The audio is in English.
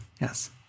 Yes